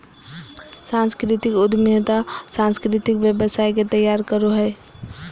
सांस्कृतिक उद्यमिता सांस्कृतिक व्यवसाय के तैयार करो हय